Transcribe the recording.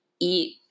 eat